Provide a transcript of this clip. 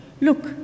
Look